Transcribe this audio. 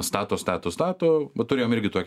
stato stato stato vat turėjom irgi tokį